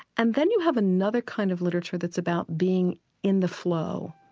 and then you have another kind of literature that's about being in the flow,